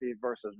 versus